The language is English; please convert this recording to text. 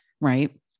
right